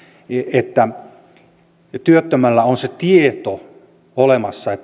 että työttömällä on se tieto olemassa